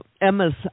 Emma's